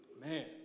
Man